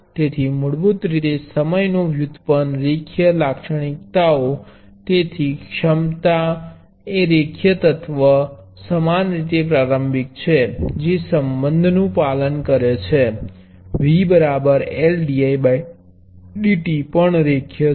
તેથી મૂળભૂત રીતે સમય વ્યુત્પન્ન રેખીય લાક્ષણિકતાઓ તેથી ક્ષમતા એ રેખીય એલિમેન્ટ સમાન રીતે પ્રારંભિક છે જે સંબંધનું પાલન કરે છે V Ldidt પણ રેખીય છે